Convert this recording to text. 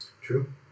True